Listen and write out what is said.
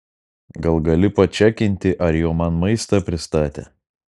gal gali pačekinti ar jau man maistą pristatė